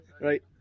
Right